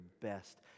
best